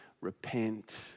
Repent